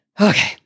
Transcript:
Okay